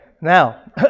now